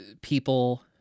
people